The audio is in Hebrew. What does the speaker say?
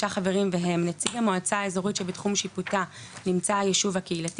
חברים והם: נציג המועצה האזורית שבתחום שיפוטה נמצא היישוב הקהילתי,